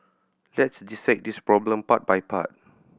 let's dissect this problem part by part